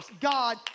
God